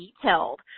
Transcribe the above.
detailed